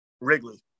Wrigley